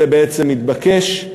לדעתנו, זה בעצם מתבקש,